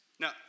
Now